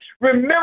Remember